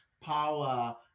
power